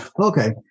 Okay